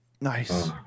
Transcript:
Nice